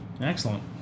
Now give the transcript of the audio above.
excellent